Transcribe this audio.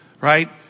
right